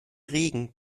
regen